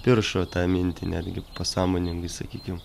piršo tą mintį netgi pasąmoningai sakykim